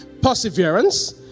perseverance